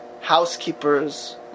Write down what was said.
Housekeepers